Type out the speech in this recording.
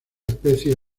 especies